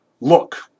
Look